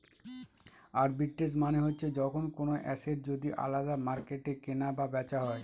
arbitrage মানে হচ্ছে যখন কোনো এসেট যদি আলাদা মার্কেটে কেনা এবং বেচা হয়